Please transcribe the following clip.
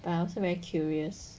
but I also very curious